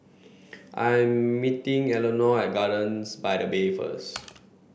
I'm meeting Elinor at Gardens by the Bay first